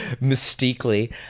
mystically